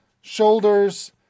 shoulders